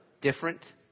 different